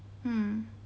mm